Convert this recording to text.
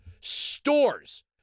stores